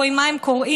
רואים מה הם קוראים,